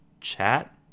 chat